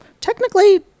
technically